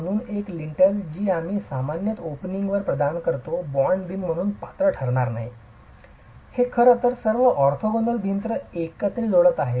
म्हणूनच एकल लिंटल जी आम्ही सामान्यत ओपनिंगच्या वर प्रदान करतो बाँड बीम म्हणून पात्र ठरणार नाही जे खरं तर सर्व ऑर्थोगोनल भिंती एकत्र जोडत आहे